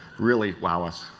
really wow! us.